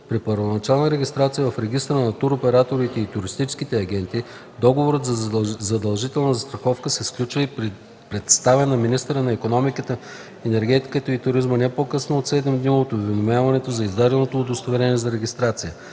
При първоначална регистрация в Регистъра на туроператорите и туристическите агенти договорът за задължителна застраховка се сключва и представя на министъра на икономиката, енергетиката и туризма не по-късно от 7 дни от уведомяването за издаденото удостоверение за регистрация.